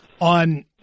on